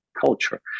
culture